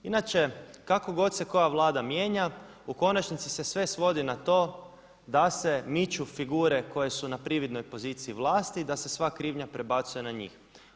Inače kako god se koja Vlada mijenja u konačnici se sve svodi na to da se miču figure koje su na prividnoj poziciji vlasti da se sva krivnja prebacuje na njih.